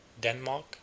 Denmark